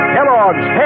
Kellogg's